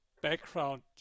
Background